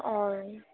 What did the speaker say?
अँ